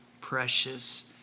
precious